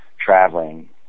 traveling